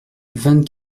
vingt